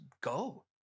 go